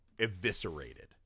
eviscerated